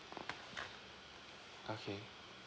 okay